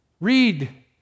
Read